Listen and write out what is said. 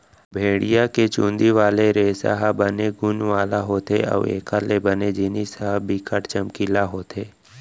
भेड़िया के चुंदी वाले रेसा ह बने गुन वाला होथे अउ एखर ले बने जिनिस ह बिकट चमकीला होथे